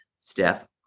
steph